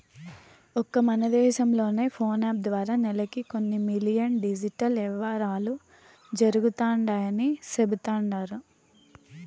ఒక్క మన దేశం లోనే ఫోనేపే ద్వారా నెలకి కొన్ని మిలియన్ డిజిటల్ యవ్వారాలు జరుగుతండాయని సెబుతండారు